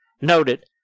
noted